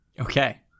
Okay